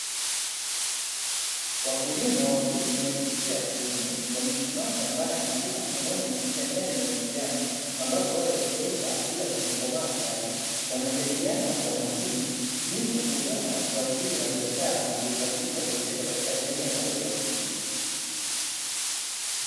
Wakulima wawili wa jinsia ya kiume wamechuchumbaa shambani huku mkononi wameshika nyanya za kijani, ambazo bado hazijaiva ila zimekomaa tayali, wanajadiliana kwa umakini jinsi ya kuvuna zao hili la biashara, na kulisafirisha kulipeleka katika sehemu ya mauzo ya kilimo.